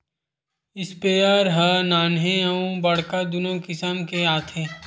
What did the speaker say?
sprayer ह नान्हे अउ बड़का दुनो किसम के आथे